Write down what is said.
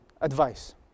advice